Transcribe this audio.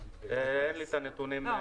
אין לי את הנתונים.